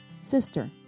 Sister